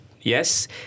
Yes